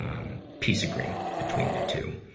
um peace agreement between the two.